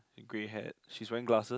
grey hair she wearing glasses